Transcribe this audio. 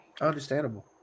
Understandable